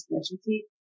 specialty